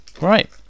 Right